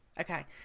Okay